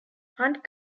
hunt